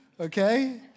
okay